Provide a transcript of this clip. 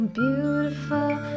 beautiful